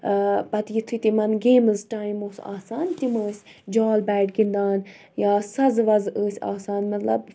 ٲں پَتہٕ یِتھُے تِمَن گیمٕز ٹایِم اوس آسان تِم ٲسۍ جال بیٹ گِندان یا سَزٕ وَزٕ ٲسۍ آسان مطلب